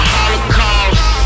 Holocaust